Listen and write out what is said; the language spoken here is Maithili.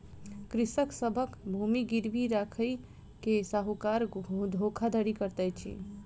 कृषक सभक भूमि गिरवी राइख के साहूकार धोखाधड़ी करैत अछि